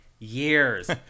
years